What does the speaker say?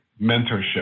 mentorship